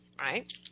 right